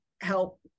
help